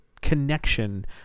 connection